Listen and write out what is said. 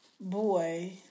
boy